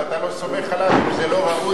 ואתה לא סומך עליו שאם זה לא ראוי?